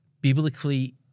biblically –